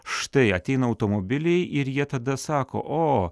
štai ateina automobiliai ir jie tada sako o